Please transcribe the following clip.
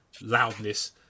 loudness